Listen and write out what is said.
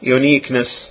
uniqueness